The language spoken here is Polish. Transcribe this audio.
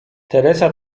teresa